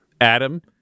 Adam